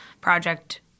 project